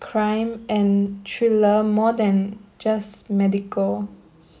crime and thriller more than just medical